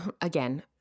again